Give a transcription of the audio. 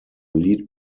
lead